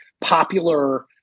popular